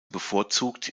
bevorzugt